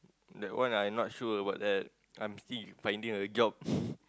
that one I not sure about that I'm still finding a job